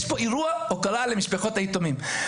יש פה אירוע הוקרה למשפחות היתומים.